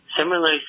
Similarly